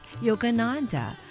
Yogananda